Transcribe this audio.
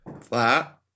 Flat